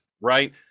right